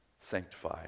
sanctify